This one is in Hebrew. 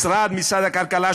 משרד הכלכלה,